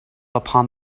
upon